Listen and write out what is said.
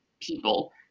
people